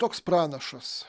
toks pranašas